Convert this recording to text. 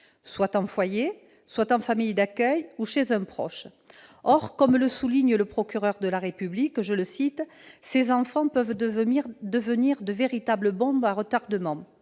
soit en foyer, soit en famille d'accueil, soit chez un proche. Or, comme le souligne le procureur de la République, ces enfants peuvent devenir de « véritables bombes à retardement ».